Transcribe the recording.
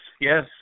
Yes